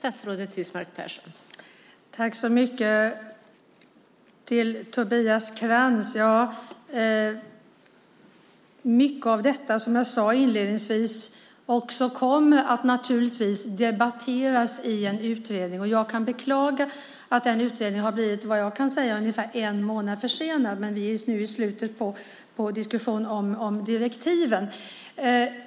Fru talman! Till Tobias Krantz vill jag säga att mycket av det jag sade inledningsvis naturligtvis kommer att debatteras i en utredning. Jag kan beklaga att den utredningen har blivit ungefär en månad försenad, men vi är nu i slutet på diskussionen om direktiven.